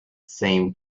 seemed